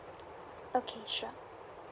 okay sure